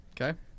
Okay